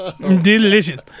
Delicious